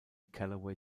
callaway